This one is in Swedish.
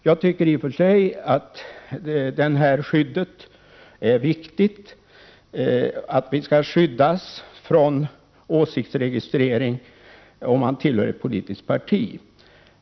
Jag tycker i och för sig att det är viktigt att man skall skyddas från åsiktsregistrering, om man tillhör ett politiskt parti.